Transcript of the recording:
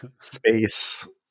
space